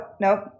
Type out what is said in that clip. nope